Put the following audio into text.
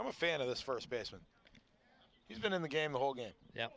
i'm a fan of this first baseman he's been in the game the whole game yeah